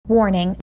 Warning